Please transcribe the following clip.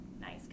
nice